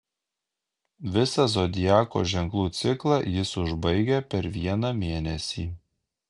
visą zodiako ženklų ciklą jis užbaigia per vieną mėnesį